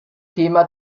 thema